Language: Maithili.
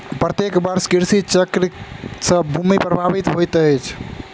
प्रत्येक वर्ष कृषि चक्र से भूमि प्रभावित होइत अछि